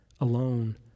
alone